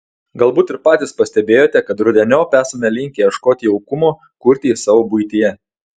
galbūt ir patys pastebėjote kad rudeniop esame linkę ieškoti jaukumo kurti jį savo buityje